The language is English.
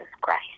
Christ